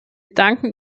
danken